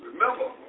remember